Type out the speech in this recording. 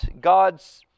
God's